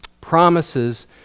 promises